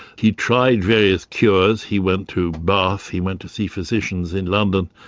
he tried various cures, he went to bath, he went to see physicians in london,